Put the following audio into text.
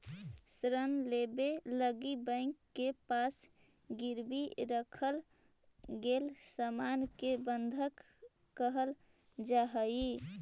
ऋण लेवे लगी बैंक के पास गिरवी रखल गेल सामान के बंधक कहल जाऽ हई